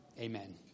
Amen